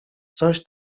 coś